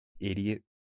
idiot